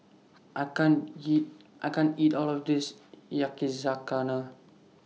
I can't eat I can't eat All of This Yakizakana